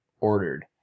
ordered